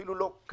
אפילו לא קטן,